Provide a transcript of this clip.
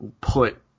put